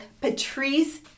Patrice